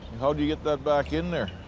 how do you get that back in there?